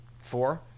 four